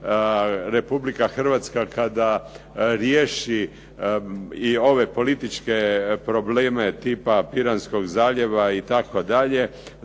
Republika Hrvatska kada riješi i ove političke probleme tipa Piranskog zaljeva itd.,